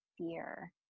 fear